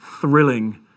thrilling